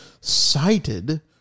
cited